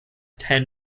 ten